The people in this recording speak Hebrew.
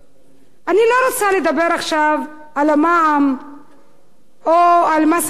אני לא רוצה לדבר עכשיו על המע"מ או על מס הכנסה.